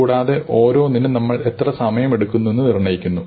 കൂടാതെ ഓരോന്നിനും നമ്മൾ എത്ര സമയമെടുക്കുന്നുവെന്ന് നിർണ്ണയിക്കുന്നു